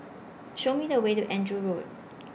Show Me The Way to Andrew Road